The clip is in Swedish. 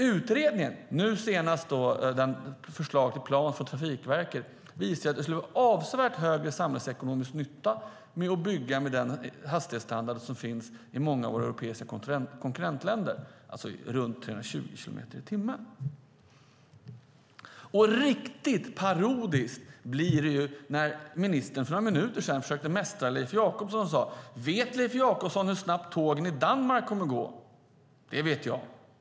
Utredningen, nu senast ett förslag till plan från Trafikverket, visar att det skulle vara avsevärt högre samhällsekonomisk nytta att bygga med den hastighetsstandard som finns i många av våra europeiska konkurrentländer, alltså runt 320 kilometer i timmen. Riktigt parodiskt blir det när ministern för några minuter sedan försökte mästra Leif Jakobsson och sade: Vet Leif Jakobsson hur snabbt tågen i Danmark kommer att gå? Det vet jag.